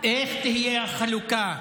איך תהיה החלוקה?